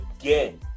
again